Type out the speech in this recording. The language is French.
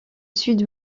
sud